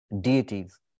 deities